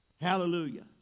Hallelujah